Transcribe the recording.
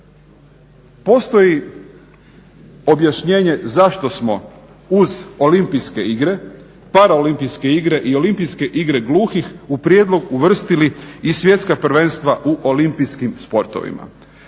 Postoji objašnjenje zašto smo uz olimpijske igre, paraolimpijske igre i olimpijske igre gluhih u prijedlog uvrstili i svjetska prvenstva u olimpijskim sportovima.